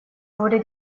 wurde